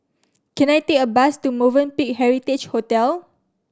can I take a bus to Movenpick Heritage Hotel